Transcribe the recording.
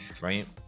right